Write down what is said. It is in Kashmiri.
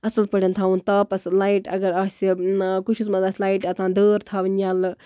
اَصٕل پٲٹھۍ تھاوُن تاپَس لایِٹ اَگر آسہِ کُٹھِس منٛز آسہِ لایِٹ اَژان دٲر تھاوٕنۍ ییٚلہٕ